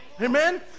Amen